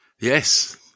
Yes